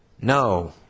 No